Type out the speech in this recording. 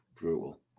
Brutal